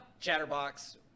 Chatterbox